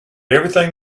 everything